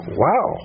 wow